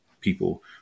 people